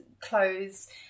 clothes